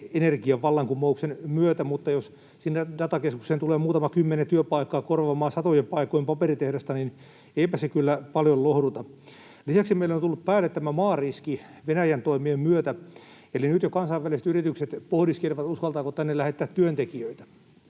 energiavallankumouksen myötä, mutta jos sinne datakeskukseen tulee muutama kymmenen työpaikkaa korvaamaan satojen paikkojen paperitehdasta, eipä se kyllä paljon lohduta. Lisäksi meille on tullut päälle tämä maariski Venäjän toimien myötä. Eli nyt jo kansainväliset yritykset pohdiskelevat, uskaltaako tänne lähettää työntekijöitä,